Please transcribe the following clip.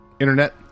internet